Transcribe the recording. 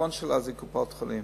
הפתרון שלה זה קופות-החולים.